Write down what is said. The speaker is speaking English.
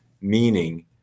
meaning